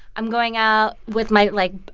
i'm going out with my, like,